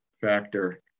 factor